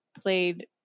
played